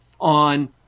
on